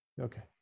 Okay